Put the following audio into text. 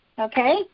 Okay